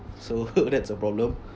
so that's a problem